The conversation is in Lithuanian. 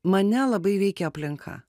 mane labai veikia aplinka